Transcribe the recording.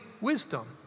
wisdom